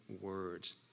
words